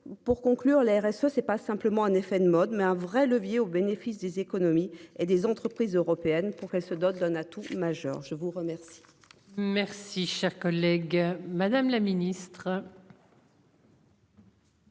pour conclure l'ARS. Oh c'est pas simplement un effet de mode mais un vrai levier au bénéfice des économies et des entreprises européennes pour qu'elle se dote d'un atout majeur. Je vous remercie. Merci cher collègue. Madame la Ministre.